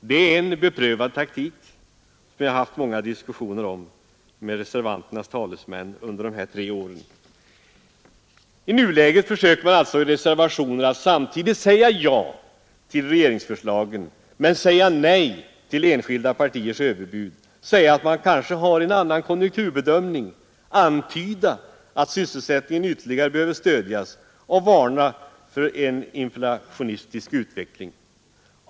Det är en beprövad taktik, som jag haft många diskussioner om med reservanternas talesmän under de gångna tre åren. I nuläget försöker man samtidigt säga ja till regeringsförslagen och säga nej till enskilda partiers överbud, säga att man kanske har en annan konjunkturbedömning, antyda att sysselsättningen ytterligare behöver stödjas och varna för en inflationistisk utveckling.